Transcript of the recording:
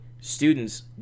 students